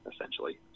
essentially